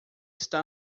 está